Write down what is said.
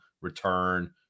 return